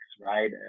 right